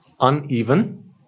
Uneven